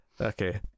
Okay